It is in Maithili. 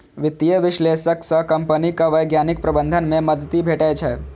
वित्तीय विश्लेषक सं कंपनीक वैज्ञानिक प्रबंधन मे मदति भेटै छै